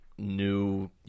new